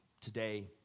today